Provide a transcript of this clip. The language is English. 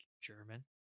German